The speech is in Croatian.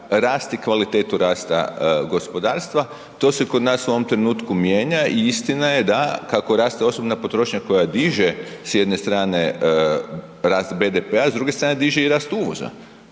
rast i kvalitetu rasta gospodarstva. To se kod nas u ovom trenutku mijenja i istina je da kako raste osobna potrošnja koja diže s jedne strane rast BDP-a, s druge strane diže i rast uvoza,